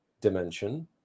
dimension